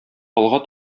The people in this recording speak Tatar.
алга